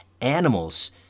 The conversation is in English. animals